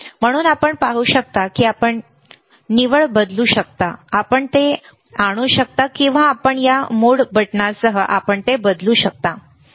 म्हणून आपण पाहू शकता की आपण निवड बदलू शकता आपण ते आणू शकता किंवा आपण या मोड बटणासह आपण ते बदलू शकता बरोबर